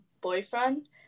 boyfriend